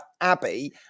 Abby